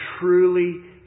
truly